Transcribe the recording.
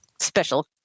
special